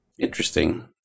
Interesting